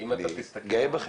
אני גאה בכם.